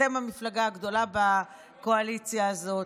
אתם המפלגה הגדולה בקואליציה הזאת,